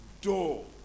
door